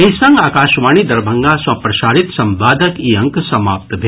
एहि संग आकाशवाणी दरभंगा सँ प्रसारित संवादक ई अंक समाप्त भेल